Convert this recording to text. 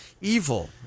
Evil